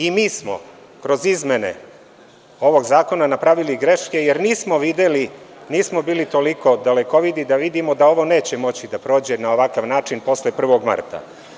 I mi smo kroz izmene ovog zakona napravili greške, jer nismo videli, nismo bili dalekovidi da vidimo da ovo neće moći da prođe na ovakav način posle 1. marta.